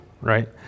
right